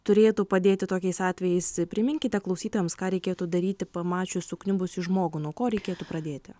turėtų padėti tokiais atvejais priminkite klausytojams ką reikėtų daryti pamačius sukniubusį žmogų nuo ko reikėtų pradėti